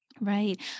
Right